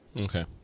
Okay